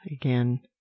again